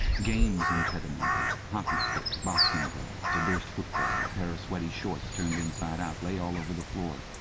games impedimenta hockey-sticks, boxing-gloves, a burst football, a pair of sweaty shorts turned inside out lay all over the floor,